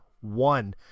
One